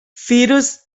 fetus